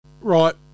right